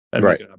Right